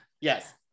yes